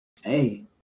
Hey